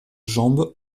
jambe